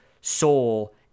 Soul